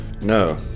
No